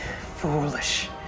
foolish